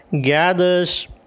gathers